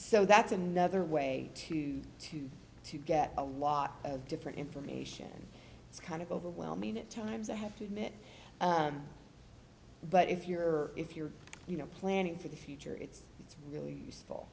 so that's another way to to to get a lot of different information it's kind of overwhelming at times i have to admit but if you're if you're you know planning for the future it's it's really useful